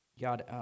God